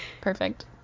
perfect